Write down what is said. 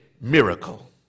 miracle